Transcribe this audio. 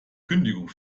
kündigung